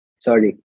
Sorry